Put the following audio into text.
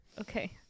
okay